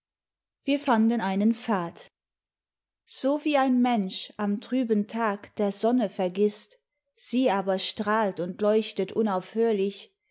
wir fanden einen pfad so wie ein mensch am trüben tag der sonne vergisst sie aber strahlt und leuchtet unaufhörlich